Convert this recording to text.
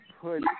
put